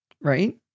Right